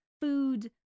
food